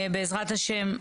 בעזרת השם,